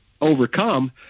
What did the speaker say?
overcome